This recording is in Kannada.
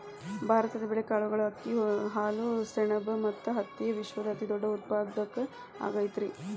ಭಾರತ ಬೇಳೆ, ಕಾಳುಗಳು, ಅಕ್ಕಿ, ಹಾಲು, ಸೆಣಬ ಮತ್ತ ಹತ್ತಿಯ ವಿಶ್ವದ ಅತಿದೊಡ್ಡ ಉತ್ಪಾದಕ ಆಗೈತರಿ